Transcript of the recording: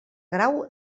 grau